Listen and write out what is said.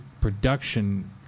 production